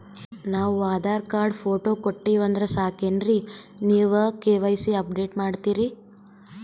ನಾವು Aadhaar card, photo ಕೊಟ್ಟೀವಂದ್ರ ಸಾಕೇನ್ರಿ ನೀವ ಕೆ.ವೈ.ಸಿ ಅಪಡೇಟ ಮಾಡ್ತೀರಿ?